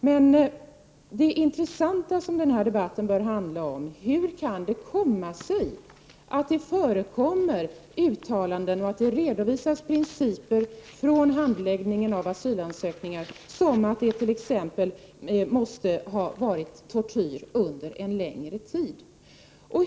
Men det intressanta som denna debatt handlar om är, hur det kan komma sig att det förekommer uttalanden och att det redovisas principer från handläggningen av asylansökningar, uttalanden och principer som går ut på att det t.ex. måste ha förekommit tortyr under en längre tid.